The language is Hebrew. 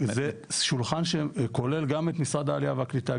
זה שולחן שכולל גם את משרד העלייה והקליטה,